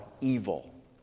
evil